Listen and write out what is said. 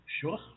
Sure